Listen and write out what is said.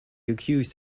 accused